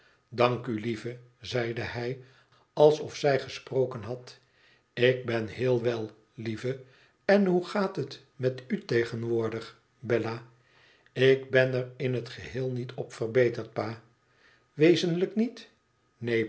dank u lieve zeide hij alsof zij gesproken had tik ben heel wel lieve n hoe gaat het met u tegenwoordig bella ik ben er in het geheel niet op verbeterd pa wezenlijk niet neen